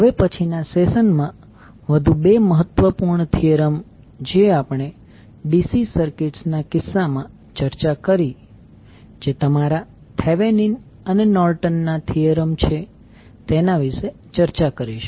હવે પછી ના સેશનમાં વધુ બે મહત્વપૂર્ણ થીયરમ જે આપણે DC સર્કિટ્સ ના કિસ્સામાં ચર્ચા કરી જે તમારા થેવેનીન Thevenins અને નોર્ટન Norton's ના થીયરમ છે તેના વિશે ચર્ચા કરીશું